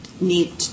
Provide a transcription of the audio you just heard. need